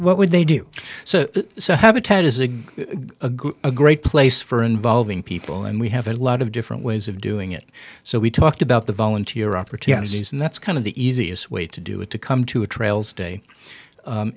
what would they do so so habitat is it a great place for involving people and we have a lot of different ways of doing it so we talked about the volunteer opportunities and that's kind of the easiest way to do it to come to a trails day